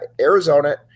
Arizona –